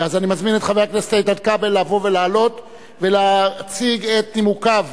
אני מזמין את חבר הכנסת איתן כבל לבוא ולעלות ולהציג את נימוקיו